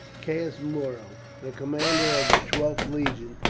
caius muro, the commander of the twelfth legion,